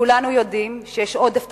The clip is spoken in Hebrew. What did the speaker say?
כולנו יודעים שיש עודף תקציבי.